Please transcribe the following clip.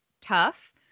tough